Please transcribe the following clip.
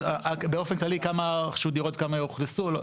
באופן כללי כמה רכשו דירות וכמה אוכלסו?